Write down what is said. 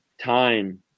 time